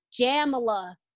Jamila